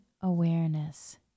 awareness